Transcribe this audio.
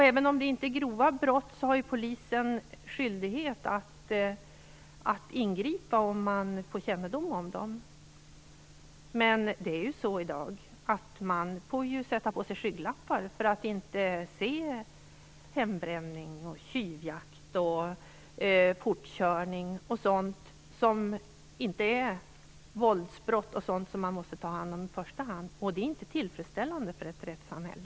Även om det inte är fråga om grova brott, har ju Polisen skyldighet att ingripa när de får kännedom om brotten. Men i dag får man sätta på sig skygglappar för att inte se hembränning, tjuvjakt, fortkörning och annat som inte är våldsbrott, vilka man måste ta hand om i första hand. Detta är inte tillfredsställande för ett rättssamhälle.